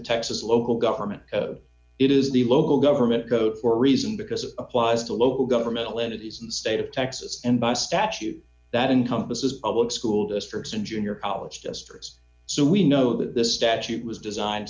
the texas local government it is the local government code for a reason because it applies to local government entities and state of texas and by statute that encompasses public school districts and junior college histories so we know that this statute was designed